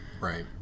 right